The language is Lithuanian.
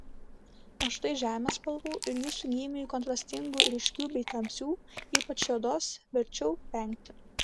o štai žemės spalvų ir jūsų gymiui kontrastingų ryškių bei tamsių ypač juodos verčiau vengti